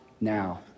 now